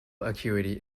acuity